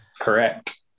Correct